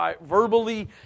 verbally